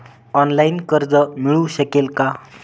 Online कर्ज मिळू शकेल का?